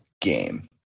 game